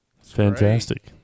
fantastic